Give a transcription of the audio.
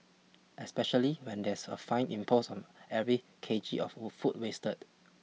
especially when there's a fine imposed on every K G of food wasted